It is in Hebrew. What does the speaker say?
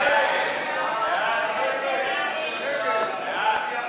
ההסתייגויות לסעיף 73,